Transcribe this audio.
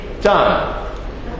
done